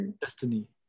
destiny